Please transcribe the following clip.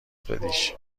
بدیش